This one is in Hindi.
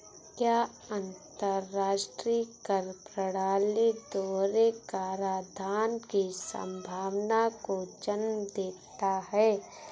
क्या अंतर्राष्ट्रीय कर प्रणाली दोहरे कराधान की संभावना को जन्म देता है?